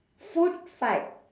food fight